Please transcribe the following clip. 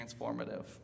transformative